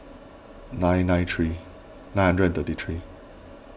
nine nine three nine hundred and thirty three